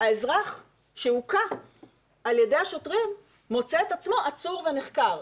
האזרח שהוכה על ידי השוטרים מוצא את עצמו עצור ונחקר.